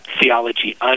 theology